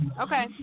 Okay